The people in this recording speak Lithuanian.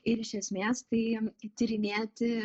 ir iš esmės tai tyrinėti